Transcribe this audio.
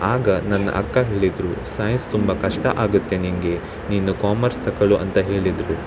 ಆಗ ನನ್ನ ಅಕ್ಕ ಹೇಳಿದರು ಸಾಯಿನ್ಸ್ ತುಂಬ ಕಷ್ಟ ಆಗುತ್ತೆ ನಿನಗೆ ನೀನು ಕಾಮರ್ಸ್ ತೊಗೊಳ್ಳು ಅಂತ ಹೇಳಿದರು